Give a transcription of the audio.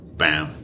bam